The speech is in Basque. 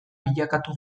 bilakatu